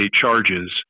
charges